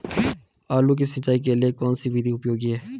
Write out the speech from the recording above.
आलू की सिंचाई के लिए कौन सी विधि उपयोगी है?